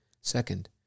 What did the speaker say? Second